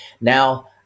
Now